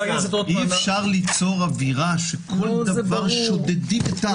אי-אפשר ליצור אווירה שכל דבר שודדים.